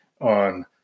on